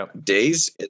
days